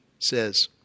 says